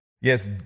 Yes